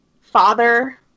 father